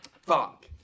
Fuck